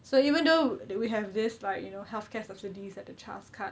so even though that we have this like you know healthcare subsidies like the CHAS card